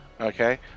okay